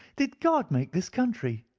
did god make this country?